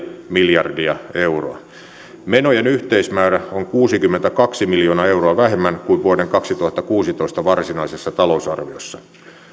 miljardia euroa menojen yhteismäärä on kuusikymmentäkaksi miljoonaa euroa vähemmän kuin vuoden kaksituhattakuusitoista varsinaisessa talousarviossa